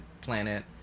planet